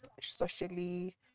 socially